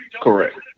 Correct